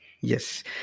Yes